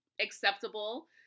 acceptable